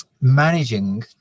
managing